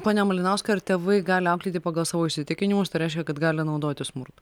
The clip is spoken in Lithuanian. pone malinauskai ar tėvai gali auklėti pagal savo įsitikinimus tai reiškia kad gali naudoti smurtą